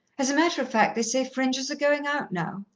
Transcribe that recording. as a matter of fact, they say fringes are goin' out now,